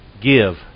give